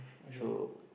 so